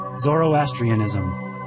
Zoroastrianism